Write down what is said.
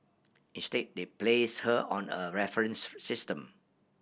instead they place her on a reference system